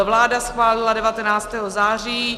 Vláda schválila 19. září.